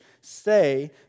say